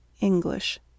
English